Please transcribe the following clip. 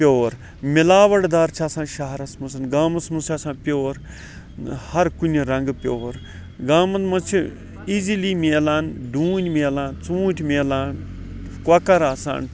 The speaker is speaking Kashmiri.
پیٚور مِلاوَٹھ دار چھُ آسان شَہرَس مَنٛز گامَس مَنٛز چھ آسان پیٚور ہر کُنہٕ رَنٛگہٕ پیٚور گامَن مَنٛز چھ ایزیٖلی مِلان ڈونۍ مِلان ژونٛٹۍ مِلان کۄکَر آسان